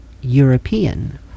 European